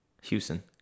Houston